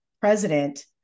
president